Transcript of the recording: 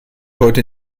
heute